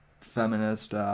feminist